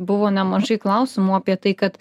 buvo nemažai klausimų apie tai kad